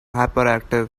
hyperactive